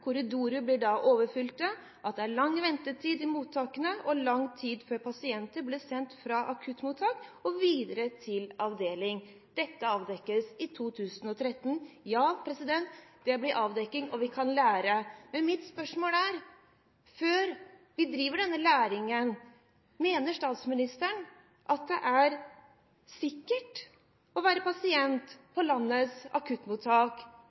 korridorer blir da overfylte, at det er lang ventetid i mottakene, og at det tar lang tid før pasienter blir sendt fra akuttmottak og videre til avdeling. Dette avdekkes i 2013. Ja, dette er blitt avdekket, og vi kan lære, men mitt spørsmål er – før vi driver med denne læringen: Mener statsministeren at det er sikkert å være pasient på landets akuttmottak